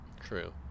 True